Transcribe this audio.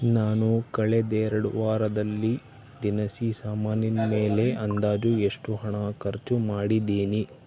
ನಾನು ಕಳೆದ್ ಎರಡು ವಾರದಲ್ಲಿ ದಿನಸಿ ಸಾಮಾನಿನ ಮೇಲೆ ಅಂದಾಜು ಎಷ್ಟು ಹಣ ಖರ್ಚು ಮಾಡಿದ್ದೀನಿ